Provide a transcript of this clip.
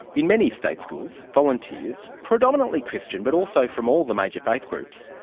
in many state schools, volunteers, predominately christian but also from all the major faith groups,